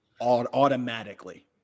automatically